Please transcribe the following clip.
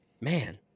Man